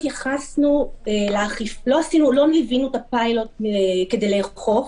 לא ליווינו את הפיילוט כדי לאכוף,